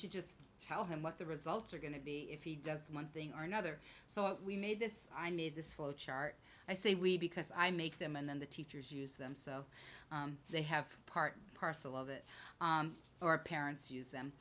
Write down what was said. should just tell him what the results are going to be if he does one thing or another so we made this i need this flow chart i say we because i make them and then the teachers use them so they have part parcel of it or parents use them